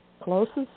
closest